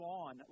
on